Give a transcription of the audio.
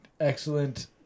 excellent